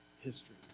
history